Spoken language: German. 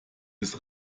des